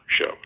show